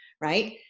right